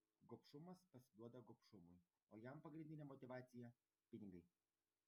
gobšumas pasiduoda gobšumui o jam pagrindinė motyvacija pinigai